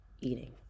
eating